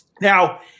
Now